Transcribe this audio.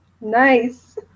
Nice